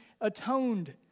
atoned